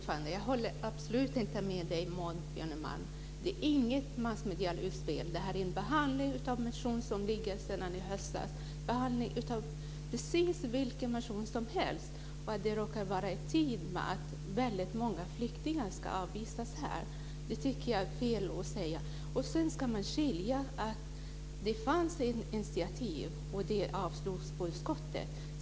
Fru talman! Jag håller absolut inte med Maud Björnemalm. Det är inget massmedialt utspel. Det är en behandling av en motion som ligger sedan i höstas. Det är en behandling som behandlingen av vilken motion som helst. Det råkar sammanfalla i tid med att väldigt många flyktingar ska avvisas, men jag tycker att det är fel att säga att det är ett massmedialt utspel. Det fanns ett initiativ, och det avslogs av utskottet.